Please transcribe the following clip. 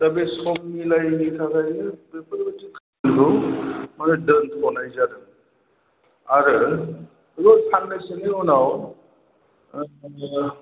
दा बे सम मिलायिनि थाखायनो बेफोर बायदि खामानिखौ माने दोनथ'नाय जादों आरो बेखौ साननैसोनि उनाव